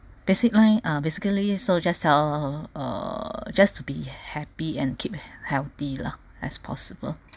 basic line uh basically so just tell uh just to be happy and keep healthy lah as possible